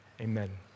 Amen